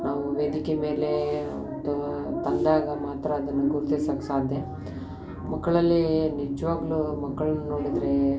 ನಾವು ವೇದಿಕೆ ಮೇಲೆ ಅದು ತಂದಾಗ ಮಾತ್ರ ಅದನ್ನು ಗುರ್ತಿಸಕ್ಕೆ ಸಾಧ್ಯ ಮಕ್ಕಳಲ್ಲಿ ನಿಜವಾಗ್ಲೂ ಮಕ್ಕಳನ್ನು ನೋಡಿದರೆ